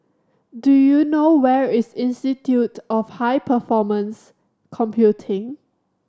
do you know where is Institute of High Performance Computing